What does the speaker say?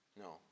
No